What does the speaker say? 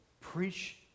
Preach